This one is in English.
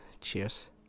cheers